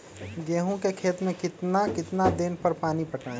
गेंहू के खेत मे कितना कितना दिन पर पानी पटाये?